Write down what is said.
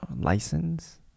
license